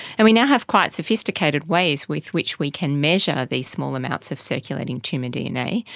and we now have quite sophisticated ways with which we can measure these small amounts of circulating tumour dna,